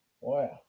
wow